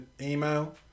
email